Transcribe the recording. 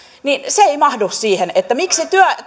ei mahdu miksi